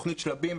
תוכנית שלבים,